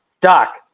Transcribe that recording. Doc